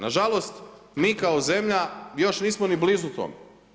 Na žalost, mi kao zemlja još nismo ni blizu tome.